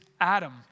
Adam